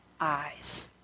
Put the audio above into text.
eyes